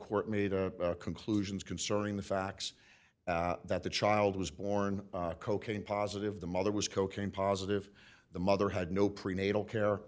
court made conclusions concerning the facts that the child was born cocaine positive the mother was cocaine positive the mother had no prenatal care